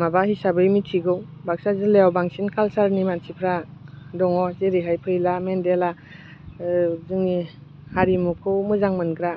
माबा हिसाबै मिथिगौ बाक्सा जिल्लायाव बांसिन कालचारनि मानसिफ्रा दङ जेरैहाय फैला मेनदेला जोंनि हारिमुखौ मोजां मोनग्रा